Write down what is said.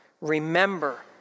Remember